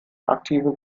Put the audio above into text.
aktiven